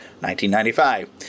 1995